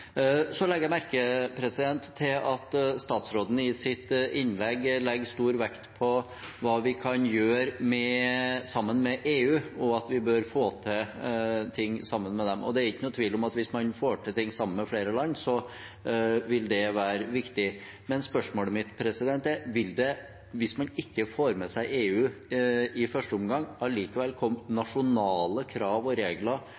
Så legger jeg merke til at statsråden i sitt innlegg legger stor vekt på hva vi kan gjøre sammen med EU, og at vi bør få til ting sammen med dem. Det er ikke noen tvil om at hvis man får til ting sammen med flere land, vil det være viktig. Men spørsmålet mitt er: Hvis man ikke får med seg EU i første omgang, vil det likevel komme nasjonale krav og regler